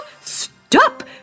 Stop